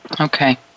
Okay